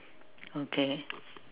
okay